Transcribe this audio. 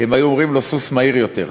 הם היו אומרים לו, סוס מהיר יותר.